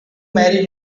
marry